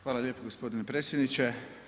Hvala lijepo gospodine predsjedniče.